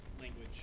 language